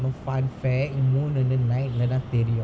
you know fun fact moon night இன்னுதா தெரியும்:innutha theriyum